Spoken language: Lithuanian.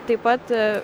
taip pat